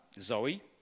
Zoe